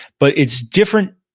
but it's different.